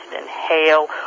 inhale